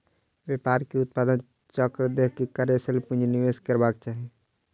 व्यापार के उत्पादन चक्र देख के कार्यशील पूंजी निवेश करबाक चाही